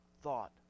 thought